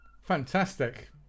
Fantastic